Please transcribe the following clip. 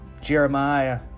Jeremiah